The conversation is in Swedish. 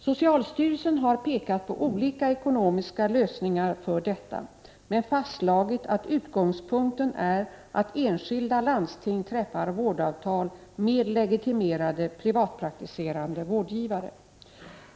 Socialstyrelsen har pekat på olika ekonomiska lösningar för detta, men fastslagit att utgångspunkten är att enskilda landsting träffar vårdavtal med legitimerade privatpraktiserande vårdgivare.